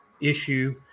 issue